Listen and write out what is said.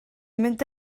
mynd